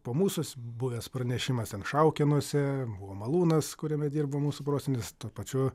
po mūsus buvęs pranešimas ten šaukėnuose buvo malūnas kuriame dirbo mūsų prosenis tuo pačiu